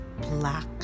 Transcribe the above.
black